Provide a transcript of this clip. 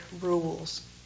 rules